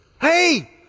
Hey